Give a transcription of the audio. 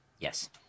Yes